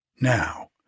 Now